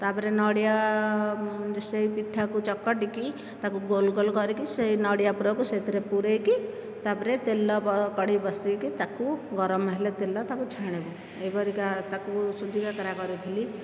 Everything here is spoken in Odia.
ତା ପରେ ନଡ଼ିଆ ସେଇ ପିଠାକୁ ଚକଟିକି ତାକୁ ଗୋଲ ଗୋଲ କରିକି ସେଇ ନଡ଼ିଆ ପୁରକୁ ସେଥିରେ ପୁରେଇକି ତାପରେ ତେଲ କଡ଼େଇ ବସେଇକି ତାକୁ ଗରମ ହେଲେ ତେଲ ତାକୁ ଛାଣିବୁ ଏହିପରିକା ତାକୁ ସୁଜି କାକରା କରିଥିଲି